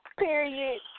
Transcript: Period